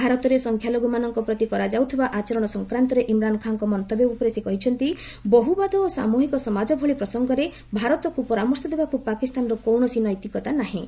ଭାରତରେ ସଂଖ୍ୟାଲଘୁମାନଙ୍କ ପ୍ରତି କରାଯାଉଥିବା ଆଚରଣ ସଂକ୍ରାନ୍ତରେ ଇମ୍ରାନ୍ ଖାଁଙ୍କ ମନ୍ତବ୍ୟ ଉପରେ ସେ କହିଛନ୍ତି ବହୁବାଦ ଓ ସାମ୍ରହିକ ସମାଜ ଭଳି ପ୍ରସଙ୍ଗରେ ଭାରତକୁ ପରାମର୍ଶ ଦେବାକୁ ପାକିସ୍ତାନର କୌଣସି ନୈତିକତା ନାହିଁ